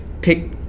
pick